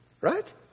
right